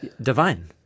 Divine